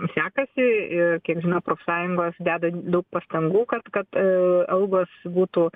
sekasi ir kiek žinau profsąjungos deda daug pastangų kad kad algos būtų